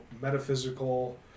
metaphysical